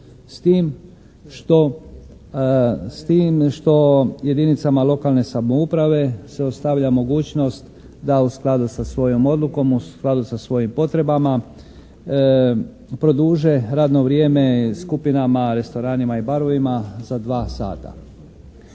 s tim što jedinicama lokalne samouprave se ostavlja mogućnost da u skladu sa svojom odlukom, u skladu sa svojim potrebama produže radno vrijeme skupinama, restoranima i barovima za 2 sata.